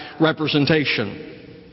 representation